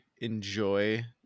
enjoy